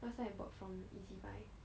last time I bought from Ezbuy